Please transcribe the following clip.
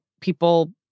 people